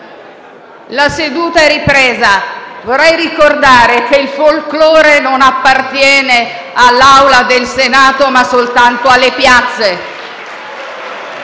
La seduta è ripresa. Vorrei ricordare che il *folklore* non appartiene all'Aula del Senato, ma soltanto alle piazze.